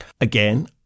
again